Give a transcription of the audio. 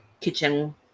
kitchen